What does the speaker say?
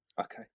okay